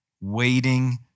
waiting